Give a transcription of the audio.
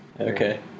okay